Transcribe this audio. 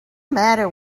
matter